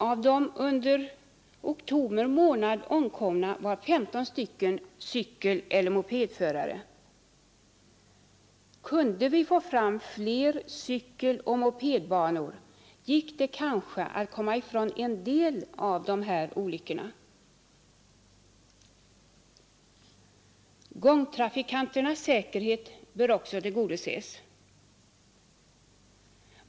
Av de under oktober månad omkomna var 15 cykeleller mopedförare. Kunde vi få fram fler cykeloch mopedbanor, gick det kanske att komma ifrån en del av de här olyckorna. Gångtrafikanternas säkerhet bör också tillgodoses.